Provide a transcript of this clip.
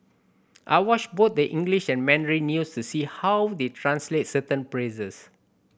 I watch both the English and Mandarin news to see how they translate certain